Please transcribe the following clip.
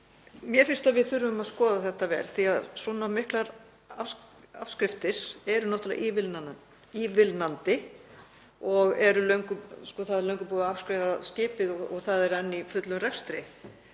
Mér finnst að við þurfum að skoða þetta vel því að svona miklar afskriftir eru náttúrlega ívilnandi. Það er löngu búið að afskrifa skipið, það er enn í fullum rekstri